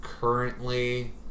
currently